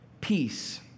peace